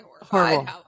horrible